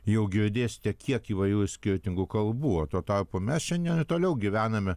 jau girdėsite kiek įvairių skirtingų kalbų o tuo tarpu mes šiandien ir toliau gyvename